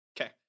Okay